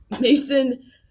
mason